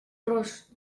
ros